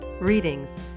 readings